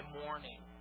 morning